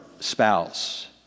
spouse